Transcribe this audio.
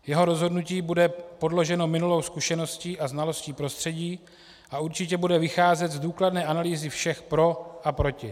Jeho rozhodnutí bude podloženo minulou zkušeností a znalostí prostředí a určitě bude vycházet z důkladné analýzy všech pro a proti.